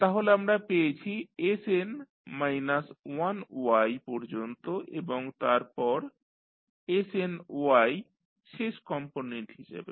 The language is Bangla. তাহলে আমরা পেয়েছি sn মাইনাস 1Y পর্যন্ত এবং তারপর snY শেষ কম্পোনেন্ট হিসাবে